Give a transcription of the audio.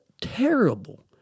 terrible